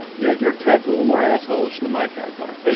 yeah, your cat's a little more asshole ish than my cats are?